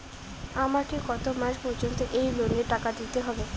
আমাকে কত মাস পর্যন্ত এই লোনের টাকা দিতে হবে?